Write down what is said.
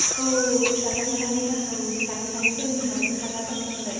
फिसाफ्रानो सानै गाहाम सानै सानै फोरोंनो हागोनना हाला जाखो आंलाय